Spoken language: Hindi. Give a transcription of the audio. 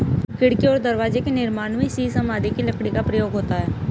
खिड़की और दरवाजे के निर्माण में शीशम आदि की लकड़ी का प्रयोग होता है